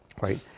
right